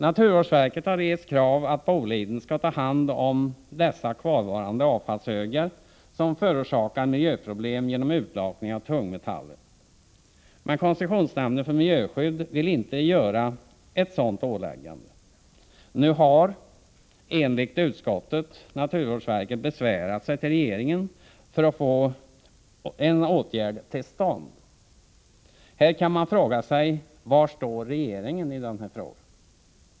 Naturvårdsverket har rest kravet att Boliden skall ta hand om dessa kvarvarande avfallshögar, som förorsakar miljöproblem genom utlakning av tungmetaller, men koncessionsnämnden för miljöskydd vill inte göra ett sådant åläggande. Nu har, enligt utskottet, naturvårdsverket besvärat sig till regeringen för att få en åtgärd till stånd. Här kan man fråga sig: Var står regeringen i denna fråga?